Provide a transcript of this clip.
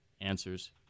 answers